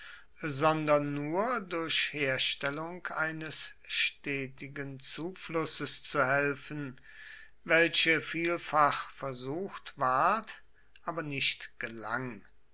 sondern nur durch herstellung eines stetigen zuflusses zu helfen welche vielfach versucht ward aber nicht gelang